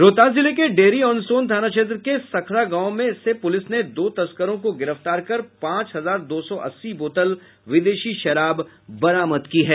रोहतास जिले के डेहरी ओन सोन थाना क्षेत्र के सखरा गांव से पुलिस ने दो तस्करो को गिरफ्तार कर पांच हजार दो सौ अस्सी बोतल विदेशी शराब बरामद की है